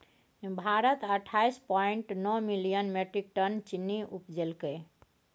भारत अट्ठाइस पॉइंट नो million metric ton चीन्नी उपजेलकै